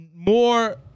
More